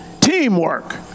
Teamwork